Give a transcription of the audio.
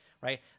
right